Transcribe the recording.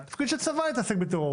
זה תפקיד של צבא להתעסק בטרור,